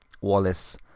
Wallace